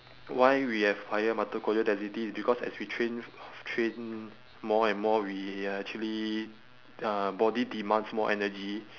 why we have higher mitochondrial density it's because as we train train more and more we actually uh body demands more energy